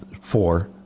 four